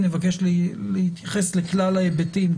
נבקש להתייחס לכלל ההיבטים,